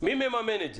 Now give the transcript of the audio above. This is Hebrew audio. מי מממן את זה?